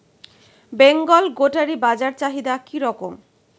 বেঙ্গল গোটারি বাজার চাহিদা কি রকম?